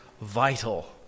vital